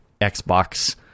Xbox